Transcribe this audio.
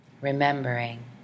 Remembering